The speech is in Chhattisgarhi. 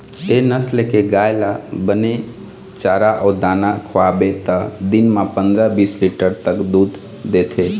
ए नसल के गाय ल बने चारा अउ दाना खवाबे त दिन म पंदरा, बीस लीटर तक दूद देथे